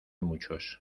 muchos